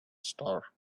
star